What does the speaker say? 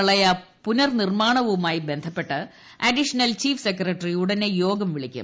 പ്രളയ പുനർനിർമാണവുമായി ബന്ധപ്പെട്ട് അഡീഷണൽ ചീഫ് സെക്രട്ടറി ഉടനെ യോഗം വിളിക്കും